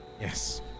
yes